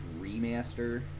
remaster